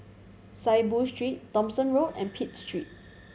Saiboo Street Thomson Road and Pitt Street